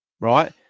Right